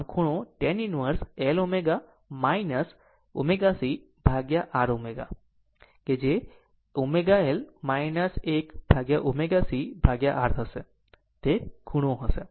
અને ખૂણો tan inverse L ω ω c upon R ω જે ω L 1 upon ω c R હશે આ ખૂણો હશે